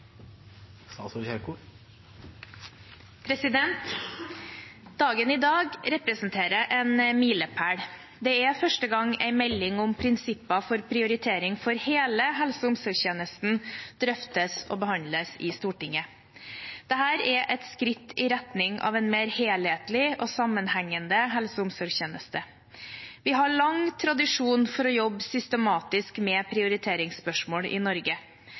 første gang en melding om prinsipper for prioritering for hele helse- og omsorgstjenesten drøftes og behandles i Stortinget. Dette er et skritt i retning av en mer helhetlig og sammenhengende helse- og omsorgstjeneste. Vi har lang tradisjon for å jobbe systematisk med prioriteringsspørsmål i Norge.